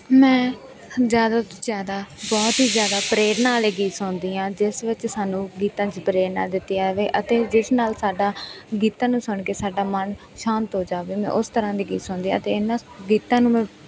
ਮੈਂ ਜ਼ਿਆਦਾ ਤੋਂ ਜ਼ਿਆਦਾ ਬਹੁਤ ਹੀ ਜ਼ਿਆਦਾ ਪ੍ਰੇਰਨਾ ਵਾਲੇ ਗੀਤ ਸੁਣਦੀ ਹਾਂ ਜਿਸ ਵਿੱਚ ਸਾਨੂੰ ਗੀਤਾਂ 'ਚ ਪ੍ਰੇਰਨਾ ਦਿੱਤੀ ਜਾਵੇ ਅਤੇ ਜਿਸ ਨਾਲ ਸਾਡਾ ਗੀਤਾਂ ਨੂੰ ਸੁਣ ਕੇ ਸਾਡਾ ਮਨ ਸ਼ਾਂਤ ਹੋ ਜਾਵੇ ਮੈਂ ਉਸ ਤਰ੍ਹਾਂ ਦੇ ਗੀਤ ਸੁਣਦੀ ਹਾਂ ਅਤੇ ਇਹਨਾਂ ਗੀਤਾਂ ਨੂੰ ਮੈਂ